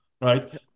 right